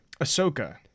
ahsoka